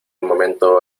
momento